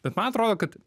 bet man atrodo kad